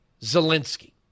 Zelensky